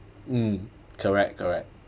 mm correct correct